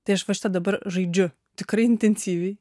tai aš va šita dabar žaidžiu tikrai intensyviai